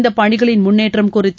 இந்த பணிகளின் முன்னேற்றம் குறித்து